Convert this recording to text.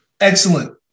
Excellent